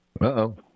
Uh-oh